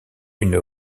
une